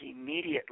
immediately